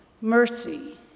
mercy